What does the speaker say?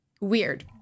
weird